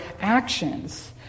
actions